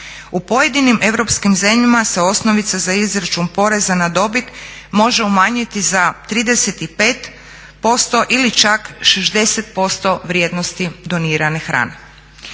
U pojedinim europskim zemljama se osnovica za izračun poreza na dobit može umanjiti za 35% ili čak 60% vrijednosti donirane hrane.